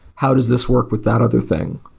how does this work with that other thing?